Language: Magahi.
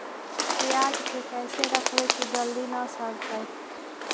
पयाज के कैसे रखबै कि जल्दी न सड़तै?